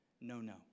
no-no